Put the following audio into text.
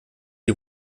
die